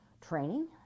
training